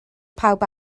pawb